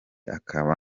akaba